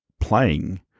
playing